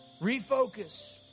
Refocus